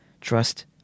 Trust